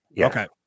Okay